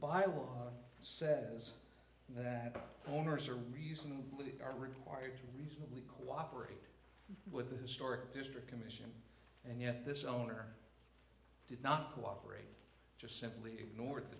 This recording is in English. bylaw says that the owners are reasonably are required to reasonably cooperate with the historic district commission and yet this owner did not cooperate just simply ignor